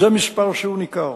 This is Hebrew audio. זה סכום ניכר.